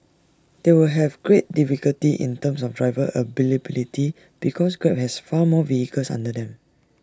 they will have great difficulty in terms of driver availability because grab has far more vehicles under them